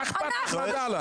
מה אכפת לך מעדאללה?